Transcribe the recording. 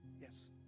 Yes